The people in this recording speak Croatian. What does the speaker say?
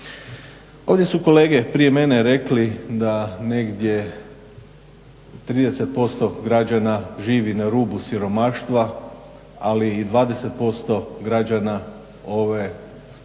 Ovdje su kolege prije mene rekli da negdje 30% građana živi na rubu siromaštva, ali i 20% građana ove Hrvatske